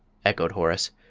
echoed horace.